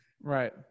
Right